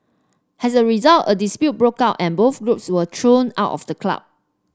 as a result a dispute broke out and both groups were thrown out of the club